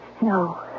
No